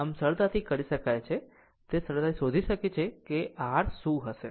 આમ સરળતાથી કરી શકાય છે તે સરળતાથી શોધી શકે છે કે r શું હશે